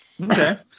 Okay